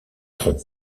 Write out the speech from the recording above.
tronc